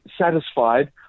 satisfied